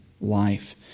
life